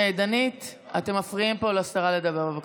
דנית, אתם מפריעים פה לשרה לדבר, בבקשה.